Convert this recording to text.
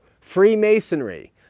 Freemasonry